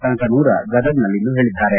ಸಂಕನೂರ ಗದಗದಲ್ಲಿಂದು ಹೇಳಿದ್ದಾರೆ